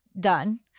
done